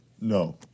No